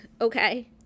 okay